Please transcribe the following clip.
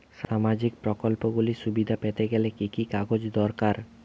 সামাজীক প্রকল্পগুলি সুবিধা পেতে গেলে কি কি কাগজ দরকার?